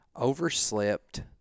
Overslept